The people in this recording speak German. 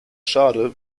schaden